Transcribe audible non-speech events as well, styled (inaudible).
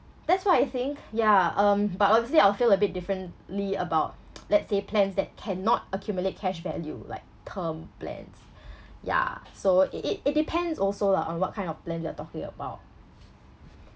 that's what I think yeah um but obviously I'll feel a bit differently about (noise) let's say plans that cannot accumulate cash value like term plans (breath) yeah so it it it depends also lah on what kind of plan you are talking about